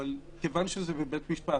מכיוון שזה בבית משפט.